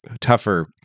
tougher